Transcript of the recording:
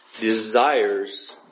desires